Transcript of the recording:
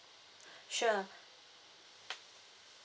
sure